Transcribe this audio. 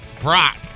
Brock